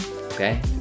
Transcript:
okay